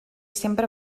sempre